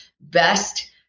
best